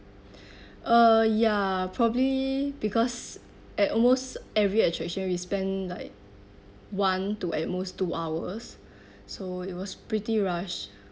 uh ya probably because at almost every attraction we spend like one to at most two hours so it was pretty rush